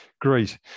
Great